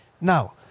Now